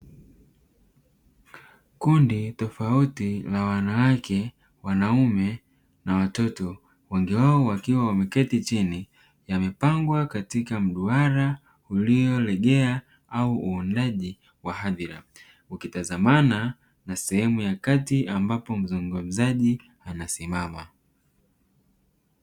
Kundi tofauti la wanawake, wanaume na watoto, wengi wao wakiwa wameketi chini; yamepangwa katika mduara uliolegea au uundaji wa hadhira, ukitazamana na sehemu ya kati ambapo mzungumzaji anasimama.